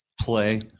play